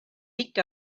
picked